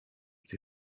sie